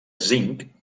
zinc